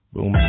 Boom